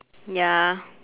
ya